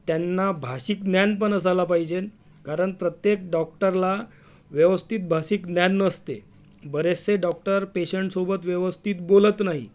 त्यांना भाषिक ज्ञान पण असायला पाहिजे कारण प्रत्येक डॉक्टरला व्यवस्थित भाषिक ज्ञान नसते बरेचसे डॉक्टर पेशंटसोबत व्यवस्थित बोलत नाही